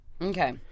Okay